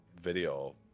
video